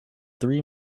three